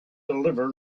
deliver